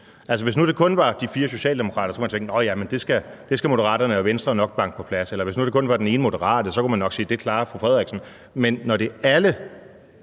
hvis nu det kun var de fire socialdemokrater, kunne man tænke: Nå ja, det skal Moderaterne og Venstre jo nok banke på plads. Eller hvis det nu kun var den ene moderate, kunne man nok sige, at det klarer statsministeren.